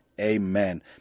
Amen